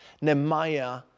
Nehemiah